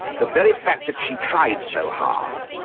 the very fact that she tried so hard,